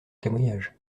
témoignage